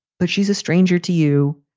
but she's a stranger to you.